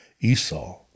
Esau